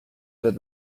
des